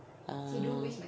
oh